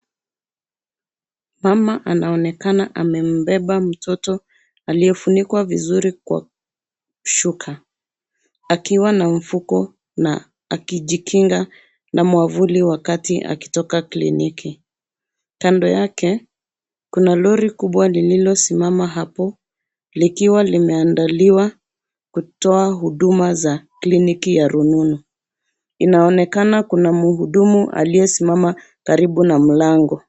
Mama anaonekana amembeba mtoto aliyefunikwa vizuri kwa shuka, akiwa na mfuko na akijikinga na mwavuli wakati akitoka kliniki. Kando yake kuna lori kubwa lililo simama hapo likiwa limeandaliwa kutoa huduma za kliniki ya rununu. Inaonekana kuna mhudumu aliyesimama karibu na mlango.